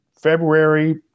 February